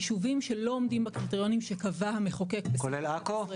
ישובים שלא עומדים בקריטריונים שקבע המחוקק ב- -- כולל עכו?